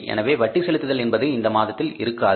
எனவே வட்டி செலுத்துதல் என்பது இந்த மாதத்தில் இருக்காது